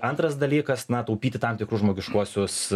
antras dalykas na taupyti tam tikrus žmogiškuosius